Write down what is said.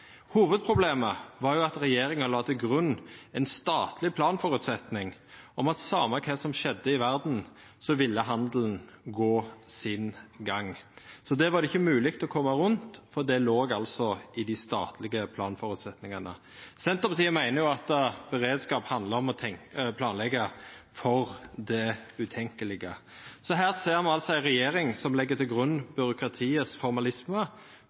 Hovudproblemet var at regjeringa la til grunn ein statleg planføresetnad om at same kva som skjedde i verda, ville handelen gå sin gang. Det var det ikkje mogleg å koma rundt, for det låg i dei statlege planføresetnadene. Senterpartiet meiner jo at beredskap handlar om å planleggja for det utenkjelege. Her ser me ei regjering som legg til